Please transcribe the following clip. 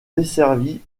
desservis